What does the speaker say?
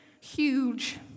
huge